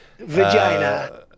vagina